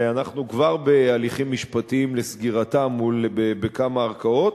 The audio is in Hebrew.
ואנחנו כבר בהליכים משפטיים לסגירתן בכמה ערכאות.